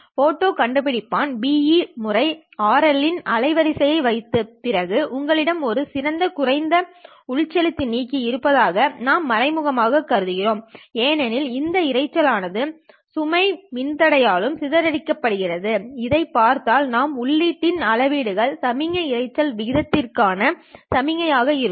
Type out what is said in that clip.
photo கண்டுபிடிப்பான் Be முறை RL இன் அலைவரிசையை வைத்த பிறகு உங்களிடம் ஒரு சிறந்த குறைந்த உள்செலுத்தி நீக்கி இருப்பதாக நாம் மறைமுகமாகக் கருதுகிறோம் ஏனெனில் இந்த இரைச்சல் ஆனது சுமை மின்தடையாலும் சிதறடிக்கப்படுகிறது இதைப் பார்த்தால் நாம் உள்ளீட்டில் அளவிடும் சமிக்ஞை இரைச்சல் விகிதம்கான சமிக்ஞை ஆக இருக்கும்